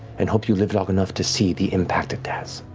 and hope you live long enough to see the impact it has.